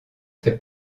fait